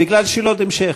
בגלל שאלות המשך,